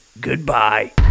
goodbye